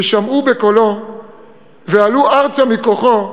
ששמעו בקולו ועלו ארצה מכוחו,